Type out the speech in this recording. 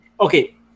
Okay